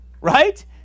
right